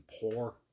poor